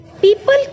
People